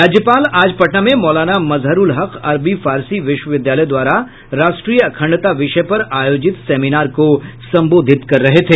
राज्यपाल आज पटना में मौलाना मजहरूल हक अरबी फारसी विश्वविद्यालय द्वारा राष्ट्रीय अखंडता विषय पर आयोजित सेमिनार को संबोधित कर रहे थे